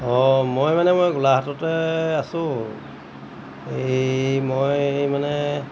অঁ মই মানে মই গোলাঘাটতে আছোঁ এই মই মানে